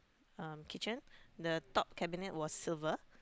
um kitchen the top cabinet was silver